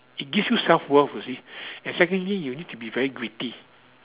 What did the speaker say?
it gives you self worth you see and secondly you need to be very gritty